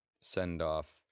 send-off